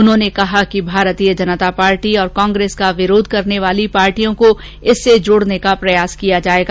उन्होंने कहा कि भारतीय जनता पार्टी और कांग्रेस का विरोध करने वाली पार्टियों को इससे जोड़ने का प्रयास किया जाएगा